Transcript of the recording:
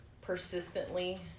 persistently